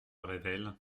revel